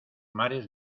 mares